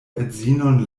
edzinon